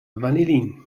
vanillin